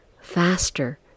faster